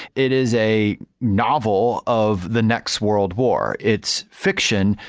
it is a novel of the next world war. it's fiction,